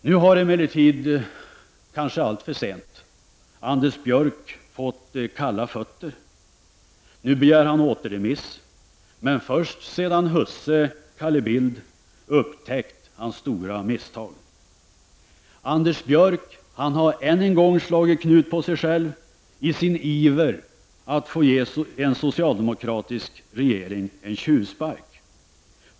Nu har emellertid, kanske alltför sent, Anders Björck fått kalla fötter och begär återremiss, men först sedan husse, Carl Bildt, upptäckt hans stora misstag. Anders Björck har än en gång slagit knut på sig själv i sin iver att få ge en socialdemokratisk regering en tjuvspark.